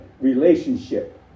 relationship